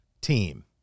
team